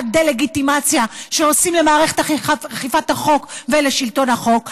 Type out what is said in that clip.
הדה-לגיטימציה שעושים למערכת אכיפת החוק ולשלטון החוק,